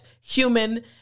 human